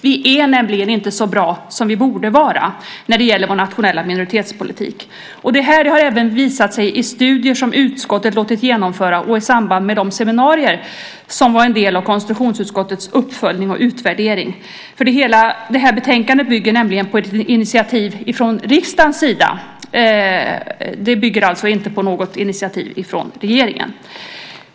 Vi är nämligen inte så bra som vi borde vara när det gäller vår nationella minoritetspolitik. Detta har även visat sig i studier som utskottet låtit genomföra och i samband med de seminarier som var en del av konstitutionsutskottets uppföljning och utvärdering. Detta betänkande bygger nämligen på ett initiativ från riksdagens sida och inte på något initiativ från regeringen.